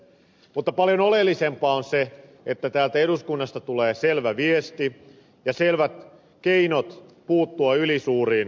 mutta paljon oleellisempaa on se että täältä eduskunnasta tulee selvä viesti ja selvät keinot puuttua ylisuuriin opetusryhmiin